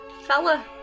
fella